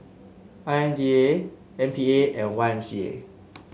I M D A M P A and Y M C A